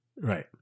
Right